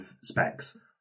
specs